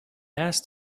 asked